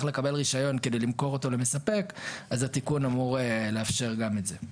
לקבל רישיון כדי למכור אותו למספק אז התיקון אמור לאפשר גם את זה.